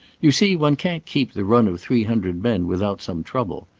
you see, one can't keep the run of three hundred men without some trouble.